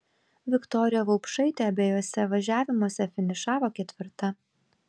viktorija vaupšaitė abiejuose važiavimuose finišavo ketvirta